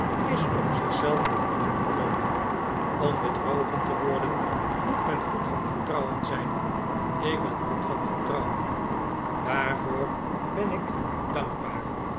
is op zichzelf een voldoende belooning om bedrogen te worden moet men goed van vertrouwen zijn ik ben goed van vertrouwen daarvoor ben ik dankbaar